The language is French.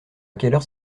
quelle